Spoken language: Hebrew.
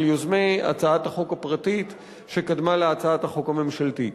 יוזמי הצעת החוק הפרטית שקדמה להצעת החוק הממשלתית.